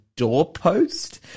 doorpost